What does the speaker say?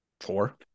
Four